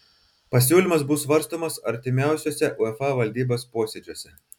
pasiūlymas bus svarstomas artimiausiuose uefa valdybos posėdžiuose